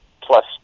Plus